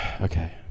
Okay